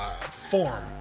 Form